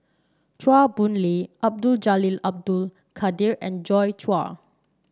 Chua Boon Lay Abdul Jalil Abdul Kadir and Joi Chua